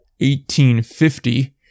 1850